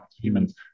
humans